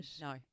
no